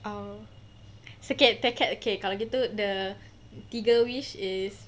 oh sikit setakat kalau gitu the tiga wish is